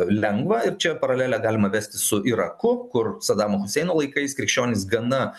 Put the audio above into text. lengva ir čia paralelę galima vesti su iraku kur sadamo huseino laikais krikščionys gana